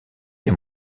des